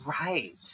Right